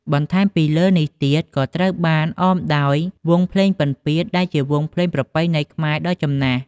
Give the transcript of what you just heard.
បន្ថែមលើសពីនេះទៀត ក៏ត្រូវបានអមដោយ វង់ភ្លេងពិណពាទ្យ ដែលជាវង់ភ្លេងប្រពៃណីខ្មែរដ៏ចំណាស់។